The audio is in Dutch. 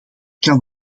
kan